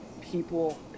people